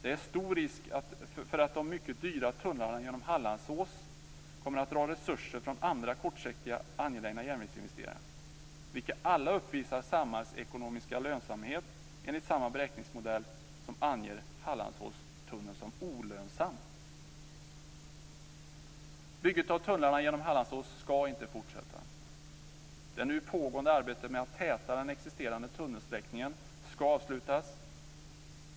Det är stor risk för att de mycket dyra tunnlarna genom Hallandsås kommer att dra resurser från andra kortsiktigt angelägna järnvägsinvesteringar, vilka alla uppvisar samhällsekonomisk lönsamhet enligt samma beräkningsmodell som anger Hallandsåstunneln som olönsam. Bygget av tunnlarna genom Hallandsås skall inte fortsätta. Det nu pågående arbetet med att täta den existerande tunnelsträckningen skall avslutas.